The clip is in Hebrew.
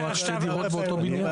נתנו שתי דירות באותו בניין.